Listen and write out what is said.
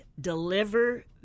deliver